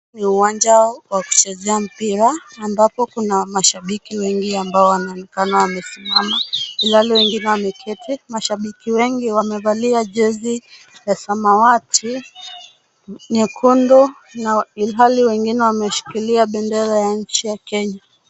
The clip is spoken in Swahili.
Ni uwanja wa kuchezea mpira ambapo kuna mashabiki wengi ambao wanaonekana wamesimama ilhali wengine wameketi. Mashabiki wengi wamevalia jezi ya samawati, nyekundu ilhali wengine wameshikilia bendera ya nchi ya kenya.